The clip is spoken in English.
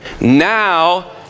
now